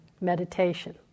meditation